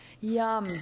Yum